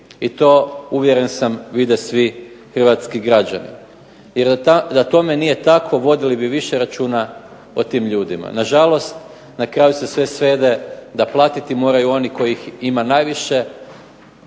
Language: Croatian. i to uvjeren sam vide svi hrvatski građani. Jer da tome nije tako vodili bi više računa o tim ljudima. Nažalost, na kraju se sve svede da platiti moraju oni kojih ima najviše,